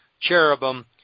cherubim